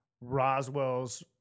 roswell's